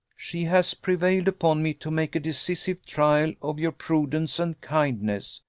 she has prevailed upon me to make a decisive trial of your prudence and kindness.